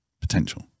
potential